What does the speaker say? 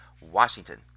Washington